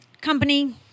Company